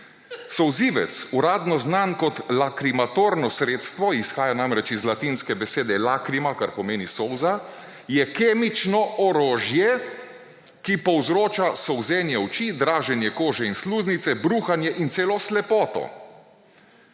»Solzivec, uradno znan kot lakrimatorno sredstvo, izhaja iz latinske besede lacrima, kar pomeni solza, je kemično orožje, ki povzroča solzenje oči in draženje kože in sluznice, bruhanje in celo slepoto.